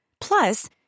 Plus